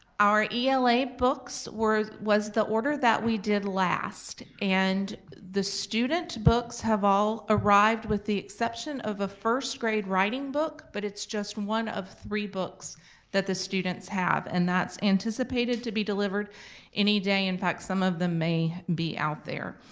our ela books was the order that we did last and the student books have all arrived with the exception of a first grade writing book. but it's just one of three books that the students have. and that's anticipated to be delivered any day, in fact, some of them may be out there.